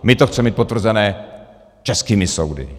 My to chceme mít potvrzené českými soudy.